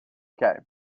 okay